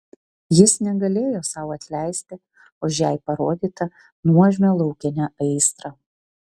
jis negalėjo sau atleisti už jai parodytą nuožmią laukinę aistrą